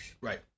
Right